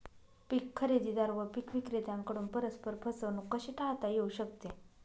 पीक खरेदीदार व पीक विक्रेत्यांकडून परस्पर फसवणूक कशी टाळता येऊ शकते?